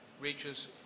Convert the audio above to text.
reaches